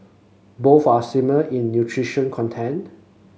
both are similar in nutrition content